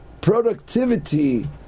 productivity